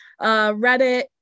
reddit